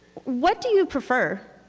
what do you prefer?